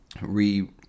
re-